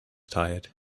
tired